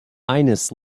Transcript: ines